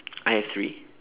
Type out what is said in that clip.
I have three